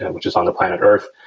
and which is on the planet earth.